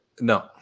no